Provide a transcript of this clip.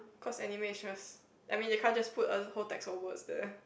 cause anime is just I mean they can't just put a whole text or words there